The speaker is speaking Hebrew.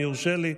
אם יורשה לי.